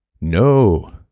No